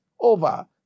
Over